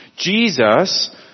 Jesus